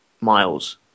Miles